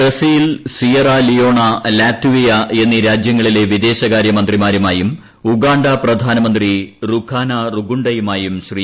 Brazil Sierra Leone Latvia എന്നീ രാജ്യങ്ങളിലെ വിദേശകാര്യമന്ത്രിമാരുമായും ഉഗാണ്ട പ്രധാനമന്ത്രി റുഖാന റുഗുണ്ടയുമായും ശ്രീ